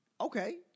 Okay